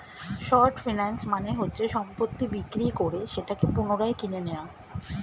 short finance মানে হচ্ছে সম্পত্তি বিক্রি করে সেটাকে পুনরায় কিনে নেয়া